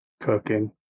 Cooking